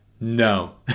No